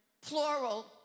plural